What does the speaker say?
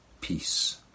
peace